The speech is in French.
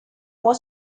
point